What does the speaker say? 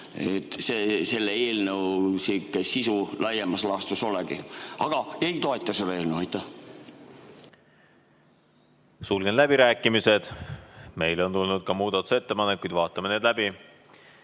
ju selle eelnõu sisu laiemas laastus ongi. Aga ma ei toeta seda eelnõu. Aitäh! Sulgen läbirääkimised. Meile on tulnud ka muudatusettepanekuid, vaatame need läbi.